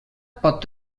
pot